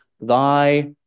Thy